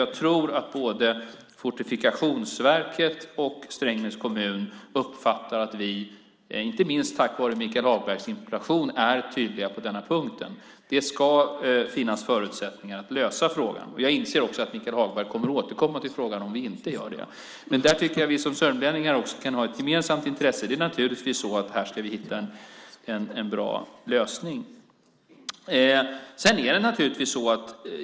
Jag tror att både Fortifikationsverket och Strängnäs kommun uppfattar att vi, inte minst tack vare Michael Hagbergs interpellation, är tydliga på den punkten. Det ska finnas förutsättningar att lösa frågan. Jag inser också att Michael Hagberg kommer att återkomma till frågan om vi inte gör det. Jag tycker också att vi som sörmlänningar kan ha ett gemensamt intresse här. Vi ska hitta en bra lösning här.